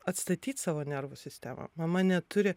atstatyt savo nervų sistemą mama neturi